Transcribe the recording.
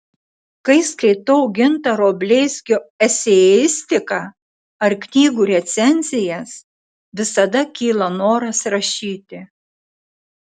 kai skaitau gintaro bleizgio eseistiką ar knygų recenzijas visada kyla noras rašyti